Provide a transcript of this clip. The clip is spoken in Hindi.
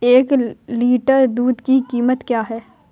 एक लीटर दूध की कीमत क्या है?